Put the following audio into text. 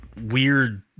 weird